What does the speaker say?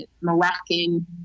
Moroccan